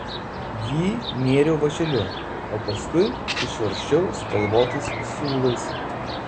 jį nėriau vąšeliu o paskui išvarsčiau spalvotais siūlais